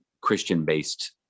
christian-based